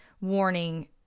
Warning